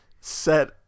set